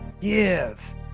give